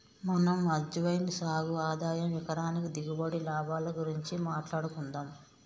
మనం అజ్వైన్ సాగు ఆదాయం ఎకరానికి దిగుబడి, లాభాల గురించి మాట్లాడుకుందం